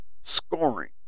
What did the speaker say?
scoring